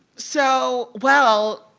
so well,